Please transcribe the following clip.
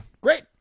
Great